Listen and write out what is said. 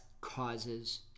causes